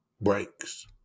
breaks